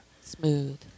Smooth